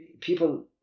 people